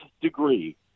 degree